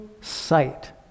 sight